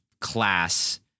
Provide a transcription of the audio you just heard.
class